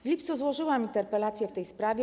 W lipcu złożyłam interpelację w tej sprawie.